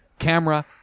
Camera